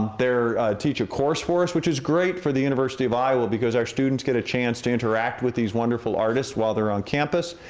teach a course for us, which is great for the university of iowa because our students get a chance to interact with these wonderful artists while they're on campus,